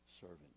servant